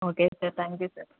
okay sir thank you sir